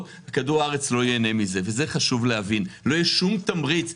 אני אחזור עוד פעם: לא תהיה פה תחרות שווה,